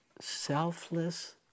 selfless